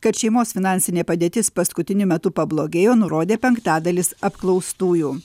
kad šeimos finansinė padėtis paskutiniu metu pablogėjo nurodė penktadalis apklaustųjų